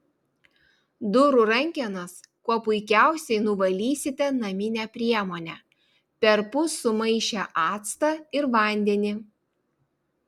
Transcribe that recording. durų rankenas kuo puikiausiai nuvalysite namine priemone perpus sumaišę actą ir vandenį